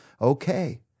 okay